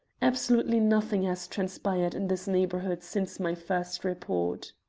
absolutely nothing has transpired in this neighbourhood since my first report.